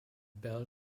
belle